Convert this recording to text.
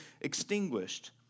extinguished